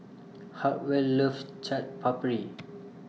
Hartwell loves Chaat Papri